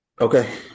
Okay